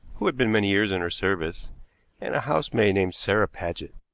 who had been many years in her service and a housemaid named sarah paget.